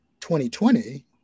2020